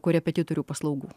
korepetitorių paslaugų